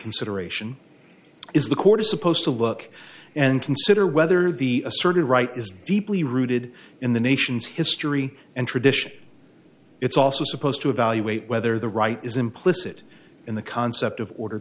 consideration is the court supposed to look and consider whether the asserted right is deeply rooted in the nation's history and tradition it's also supposed to evaluate whether the right is implicit in the concept of order